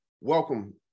welcome